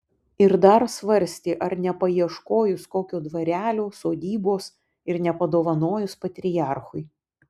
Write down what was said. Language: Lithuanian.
ir dar svarstė ar nepaieškojus kokio dvarelio sodybos ir nepadovanojus patriarchui